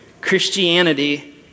Christianity